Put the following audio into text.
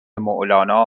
مولانا